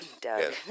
Doug